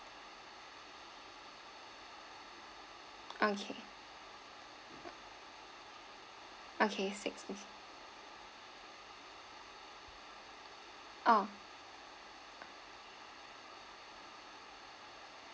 okay okay six piece oh